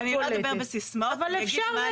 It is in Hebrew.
אבל אפשר,